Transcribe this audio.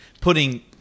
putting